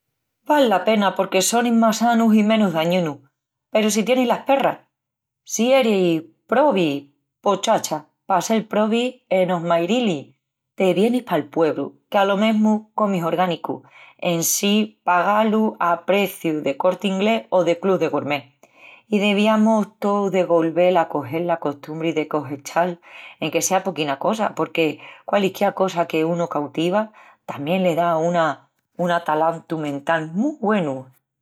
Val la pena porque sonin más sanus i menus dañinus, peru si tienis las perras. Si eris probi, pos chacha, pa sel probi enos Mairilis, te vienis pal puebru que a lo menus comis orgánicu en sin pagá-lu a preciu de Corti Inglés o de Club del Gourmet. I deviamus tous de golvel a cogel la costumbri de cogechal, enque sea poquina cosa porque qualisquiá cosa que unu cautiva tamién le da a una un atalantu mental mu güenu.